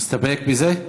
מסתפק בזה?